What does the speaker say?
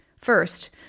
First